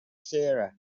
sarah